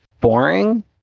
boring